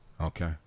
Okay